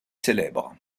célèbres